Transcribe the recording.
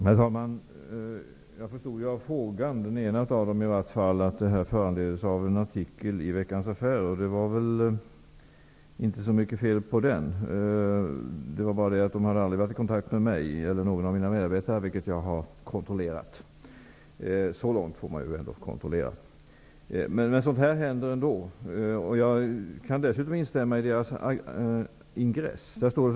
Herr talman! Jag förstod av den ena av frågorna att den föranleddes av en artikel i Veckans Affärer, och det var väl inte något större fel på den artikeln. De som skrev den har emellertid aldrig varit i kontakt med mig eller någon av mina medarbetare. Att så är fallet har jag kontrollerat; så långt får man ju ändå kontrollera. Sådant här händer ändå. Jag kan dessutom instämma i ingressen till artikeln.